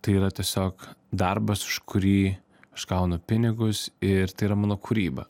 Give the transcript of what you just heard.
tai yra tiesiog darbas už kurį aš gaunu pinigus ir tai yra mano kūryba